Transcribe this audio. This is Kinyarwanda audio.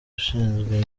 ushinzwe